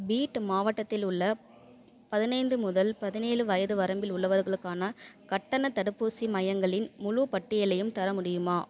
beat மாவட்டத்தில் உள்ள பதினைந்து முதல் பதினேழு வயது வரம்பில் உள்ளவர்களுக்கான கட்டணத் தடுப்பூசி மையங்களின் முழுப் பட்டியலையும் தர முடியுமா